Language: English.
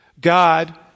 God